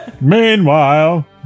Meanwhile